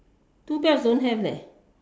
two belts don't have leh